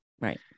Right